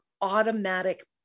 automatic